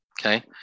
Okay